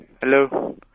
Hello